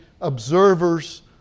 observers